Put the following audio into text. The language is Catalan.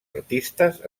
artistes